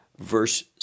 Verse